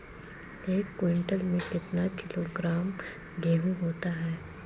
एक क्विंटल में कितना किलोग्राम गेहूँ होता है?